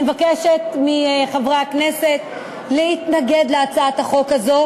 אני מבקשת מחברי הכנסת להתנגד להצעת החוק הזו,